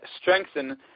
strengthen